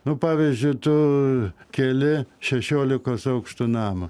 nu pavyzdžiui tu keli šešiolikos aukštų namą